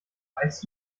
weißt